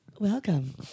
welcome